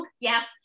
yes